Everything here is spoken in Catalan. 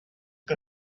que